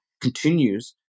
continues